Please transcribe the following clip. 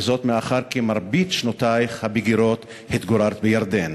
וזאת מאחר שמרבית שנותייך הבגירות התגוררת בירדן".